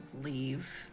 leave